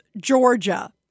Georgia